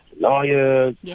lawyers